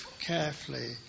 carefully